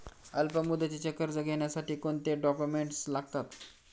अल्पमुदतीचे कर्ज घेण्यासाठी कोणते डॉक्युमेंट्स लागतात?